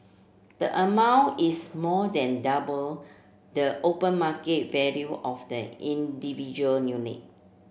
the amount is more than double the open market value of the individual unit